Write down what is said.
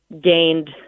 gained